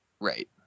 Right